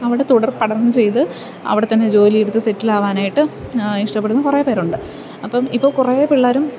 അവിടെ തുടർപഠനം ചെയ്ത് അവിടെത്തന്നെ ജോലിയും എടുത്ത് സെറ്റിലാവാനായിട്ട് ഇഷ്ടപ്പെടുന്ന കുറെ പേരുണ്ട് അപ്പോള് ഇപ്പോള് കുറേ പിള്ളേരും